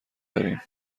داریم